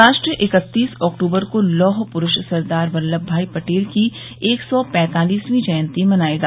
राष्ट्र इकत्तीस अक्टूबर को लौह पुरूष सरदार वल्लमभाई पटेल की एक सौ पँतालिसवीं जयंती मनाएगा